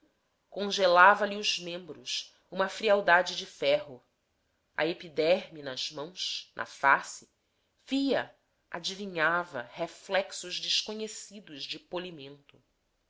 anima congelava lhe os membros uma frialdade de ferro à epiderme nas mãos na face via adivinhava reflexos desconhecidos de polimento